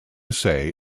say